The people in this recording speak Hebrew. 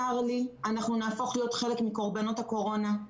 צר לי, נהפוך להיות חלק מקורבנות הקורונה.